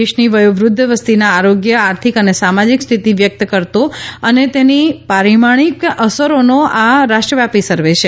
દેશની વયોવૃધ્ય વસ્તીના આરોગ્ય આર્થિક અને સામાજીક સ્થિતિ વ્યક્ત કરતો અને તેની પારિણામિક અસરોનો આ રાષ્ટ્રવ્યાપી સર્વે છે